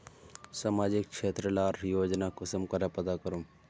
सामाजिक क्षेत्र लार योजना कुंसम करे पता करूम?